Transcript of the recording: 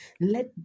Let